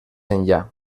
enllà